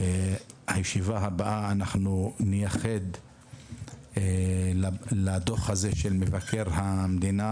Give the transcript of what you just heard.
את הישיבה הבאה אנחנו נייחד לדוח הזה של מבקר המדינה